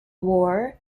war